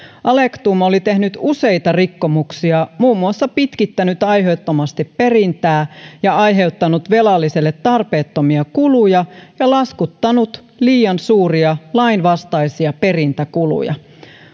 alektum oli tehnyt useita rikkomuksia muun muassa pitkittänyt aiheettomasti perintää ja aiheuttanut velalliselle tarpeettomia kuluja ja laskuttanut liian suuria lainvastaisia perintäkuluja